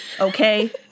okay